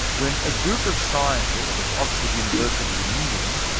when a group of scientists at oxford university, in england,